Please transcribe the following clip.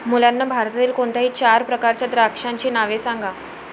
मुलांनो भारतातील कोणत्याही चार प्रकारच्या द्राक्षांची नावे सांगा